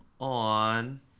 on